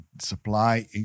supply